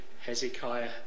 Hezekiah